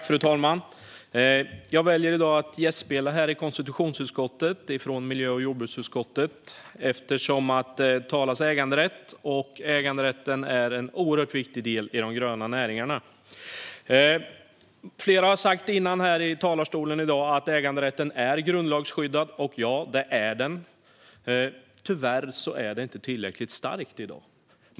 Fru talman! Jag väljer i dag att gästspela i konstitutionsutskottet - annars är jag i miljö och jordbruksutskottet - eftersom äganderätt debatteras, och äganderätten är en oerhört viktig del i de gröna näringarna. Flera talare har tidigare här i dag sagt att äganderätten är grundlagsskyddad. Ja, det är den. Tyvärr är grundlagsskyddet inte tillräckligt starkt i dag.